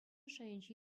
шайӗнче